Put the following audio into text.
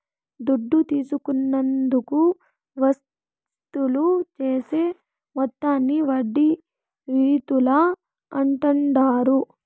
దుడ్డు తీసుకున్నందుకు వసూలు చేసే మొత్తాన్ని వడ్డీ రీతుల అంటాండారు